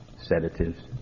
sedatives